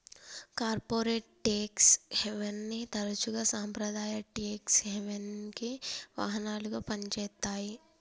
corporate tax హెవెన్ని తరచుగా సాంప్రదాయ ట్యేక్స్ హెవెన్కి వాహనాలుగా పనిచేత్తాయి